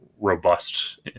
robust